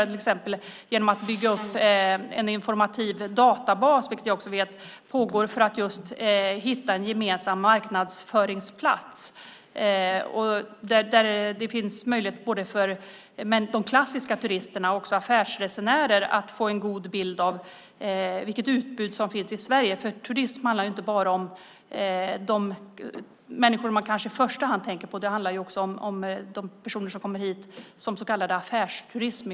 Till exempel kan man bygga upp en informativ databas, vilket jag vet pågår för att just hitta en gemensam marknadsföringsplats där det finns möjligheter både för klassiska turister och för affärsresenärer att få en god bild av det utbud som finns i Sverige. Turism handlar inte bara om de människor som man kanske i första hand tänker på utan också om personer som kommer hit som så kallade affärsturister.